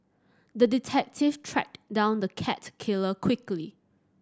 the detective tracked down the cat killer quickly